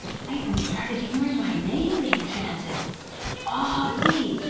i even started hearing my name being chanted ah aug-gie!